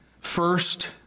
First